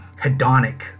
hedonic